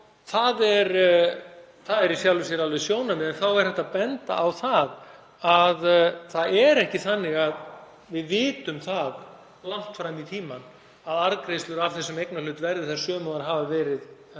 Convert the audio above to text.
Það er í sjálfu sér alveg sjónarmið, en þá er hægt að benda á að það er ekki þannig að við vitum langt fram í tímann að arðgreiðslur af þessum eignarhlut verði þær sömu og þær hafa verið